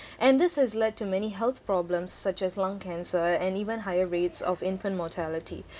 and this has led to many health problems such as lung cancer and even higher rates of infant mortality